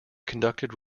conducted